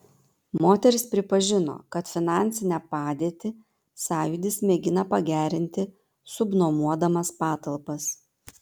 moteris pripažino kad finansinę padėtį sąjūdis mėgina pagerinti subnuomodamas patalpas